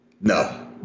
No